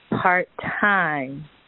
part-time